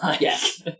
yes